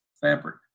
fabric